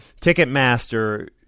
Ticketmaster